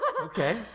Okay